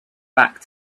back